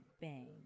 bang